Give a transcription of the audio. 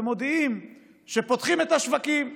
ומודיעים שפותחים את השווקים.